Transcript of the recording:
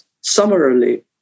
summarily